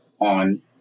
on